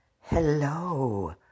Hello